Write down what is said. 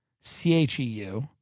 C-H-E-U